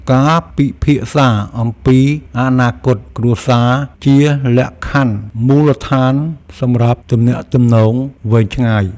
ការពិភាក្សាអំពីអនាគតគ្រួសារជាលក្ខខណ្ឌមូលដ្ឋានសម្រាប់ទំនាក់ទំនងវែងឆ្ងាយ។